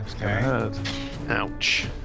Ouch